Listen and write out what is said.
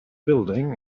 building